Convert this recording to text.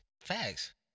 Facts